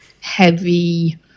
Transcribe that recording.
heavy